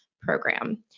program